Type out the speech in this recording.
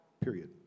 period